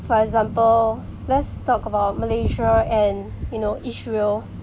for example let's talk about malaysia and you know israel